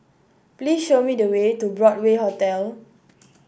please show me the way to Broadway Hotel